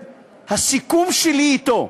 הסיכום שלי אתו,